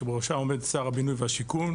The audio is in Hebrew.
שבראשה עומד שר הבינוי והשיכון,